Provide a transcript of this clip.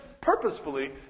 purposefully